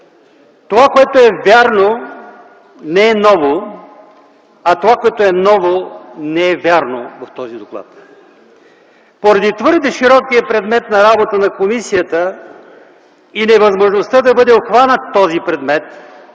Това, което е вярно, не е ново, а това което е ново, не е вярно в този доклад. Поради твърде широкия предмет на работа на комисията и невъзможността да бъде обхванат, сделките